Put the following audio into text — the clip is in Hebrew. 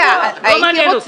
--- לא מעניין אותי.